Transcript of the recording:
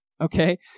okay